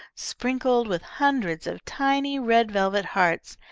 sprinkled with hundreds of tiny red velvet hearts,